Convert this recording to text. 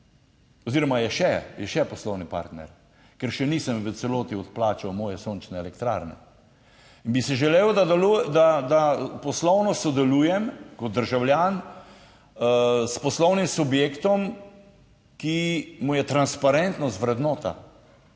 oziroma je še je še poslovni partner, ker še nisem v celoti odplačal moje sončne elektrarne in bi si želel, da da poslovno sodelujem kot državljan. S poslovnim subjektom, ki mu je transparentnost vrednota.